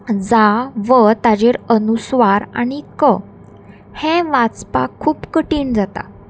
जा व ताजेर अनुस्वार आनी क हें वाचपाक खूब कठीण जाता